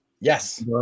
Yes